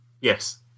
yes